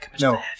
No